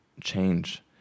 change